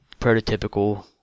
prototypical